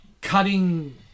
cutting